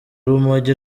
rumogi